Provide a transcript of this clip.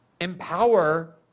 empower